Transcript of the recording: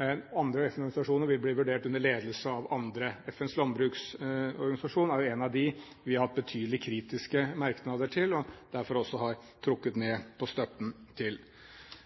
Andre FN-organisasjoner vil bli vurdert under ledelse av andre. FNs landbruksorganisasjon er en av dem vi har hatt betydelige kritiske merknader til og derfor også har trukket ned på støtten til.